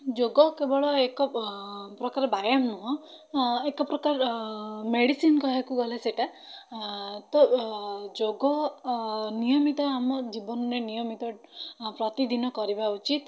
ଯୋଗ କେବଳ ଏକ ପ୍ରକାର ବ୍ୟାୟମ ନୁହଁ ଏକ ପ୍ରକାର ମେଡ଼ିସିନ୍ କହିବାକୁ ଗଲେ ସେଟା ତ ଯୋଗ ନିୟମିତ ଆମ ଜୀବନରେ ନିୟମିତ ପ୍ରତିଦିନ କରିବା ଉଚିତ୍